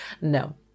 No